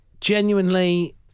genuinely